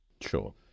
sure